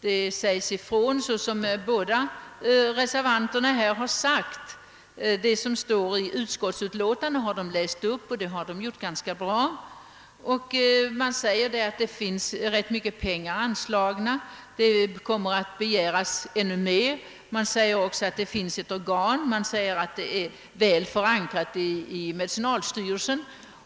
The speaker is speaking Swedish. De båda reservanterna har läst ur utskottsutlåtandet — och gjort det ganska bra — där det påpekas att det anslagits rätt mycket pengar och att det kommer att begäras ännu mer. Utskottet framhåller också att det för denna uppgift finns ett organ som är väl förankrat i medicinalstyrelsen.